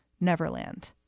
Neverland